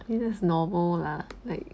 just normal lah like